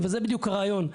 וזה בדיוק הרעיון,